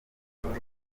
meddy